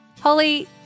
Holly